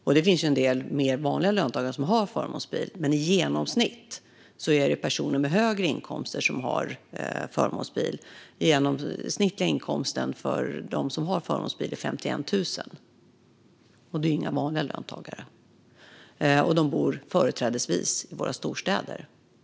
Det finns förstås en del mer vanliga löntagare som har förmånsbil, men i genomsnitt är det personer med högre inkomster som har det. Den genomsnittliga inkomsten för dem som har förmånsbil är 51 000 kronor. Det är inga vanliga löntagare. De bor också företrädesvis i våra storstäder.